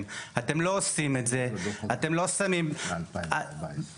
ובשל זה לא היה טעם לבוא